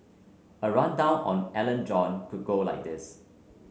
a rundown on Alan John could go like this